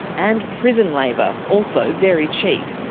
and prison labour, also very cheap.